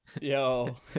Yo